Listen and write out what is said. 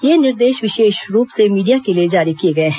ये निर्देश विशेष रूप से मीडिया के लिए जारी किए गए हैं